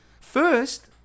First